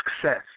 success